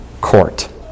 court